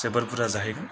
जोबोद बुरजा जाहैगोन